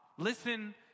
Listen